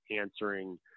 answering